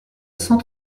cent